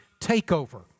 takeover